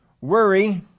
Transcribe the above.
worry